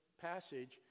passage